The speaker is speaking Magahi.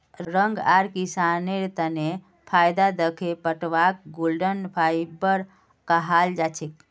रंग आर किसानेर तने फायदा दखे पटवाक गोल्डन फाइवर कहाल जाछेक